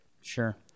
Sure